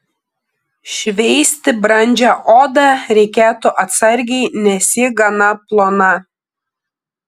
šveisti brandžią odą reikėtų atsargiai nes ji gana plona